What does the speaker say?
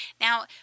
Now